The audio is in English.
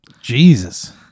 Jesus